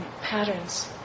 patterns